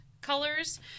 colors